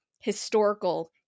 historical